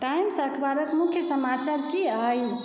times अखबारके मुख्य समाचार की अइ